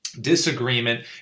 disagreement